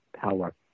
power